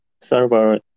server